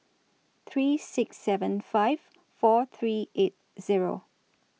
three six seven five four three eight zweo